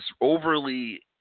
overly